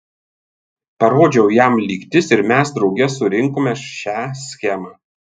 parodžiau jam lygtis ir mes drauge surinkome šią schemą